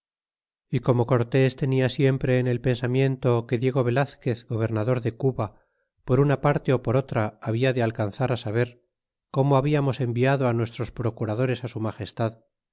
y como cortés tenia siempre en el pensamiento que diego velazquez gobernador de cuba por una parte ó por otra habla de alcanzar saber como habiamos enviado nuestros procurado res su magestad